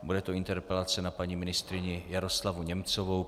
Bude to interpelace na paní ministryně Jaroslavu Němcovou.